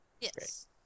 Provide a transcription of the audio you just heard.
Yes